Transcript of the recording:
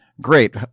great